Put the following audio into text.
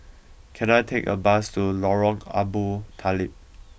can I take a bus to Lorong Abu Talib